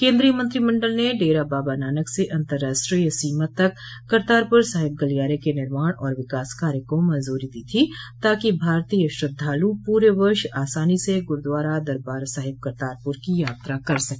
केन्द्रीय मंत्रिमंडल ने डेरा बाबा नानक से अतंर्राष्ट्रीय सीमा तक करतारपुर साहिब गलियारे के निर्माण और विकास कार्य को मंजूरी दी थी ताकि भारतीय श्रद्धालु पूरे वर्ष आसानी से गुरूद्वारा दरबार साहिब करतारपुर की यात्रा कर सके